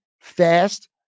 fast